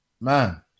man